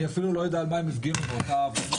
אני אפילו לא יודע על מה הם הפגינו באותה הפגנה,